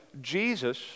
Jesus